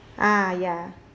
ah ya